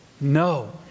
no